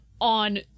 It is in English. on